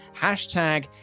hashtag